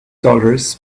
dollars